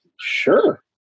sure